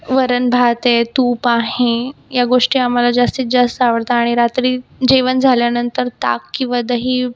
वरण भात आहे तूप आहे या गोष्टी आम्हाला जास्तीत जास्त आवडतं आणि रात्री जेवण झाल्यानंतर ताक किंवा दही